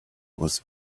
was